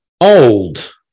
old